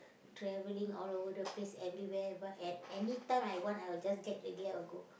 travelling all over the place everywhere what at anytime I want I will just get ready I will go